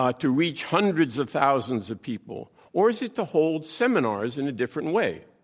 ah to reach hundreds of thousands of people? or is it to hold seminars in a different way